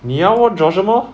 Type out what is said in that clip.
你要我讲什么